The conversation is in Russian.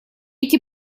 эти